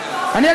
אני,